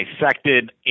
dissected